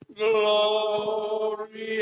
glory